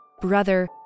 brother